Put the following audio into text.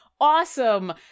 awesome